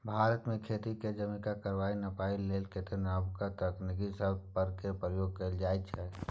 भारत मे खेती केर जमीनक रकबा नापइ लेल कतेको नबका तकनीकी शब्द सब केर प्रयोग कएल जाइ छै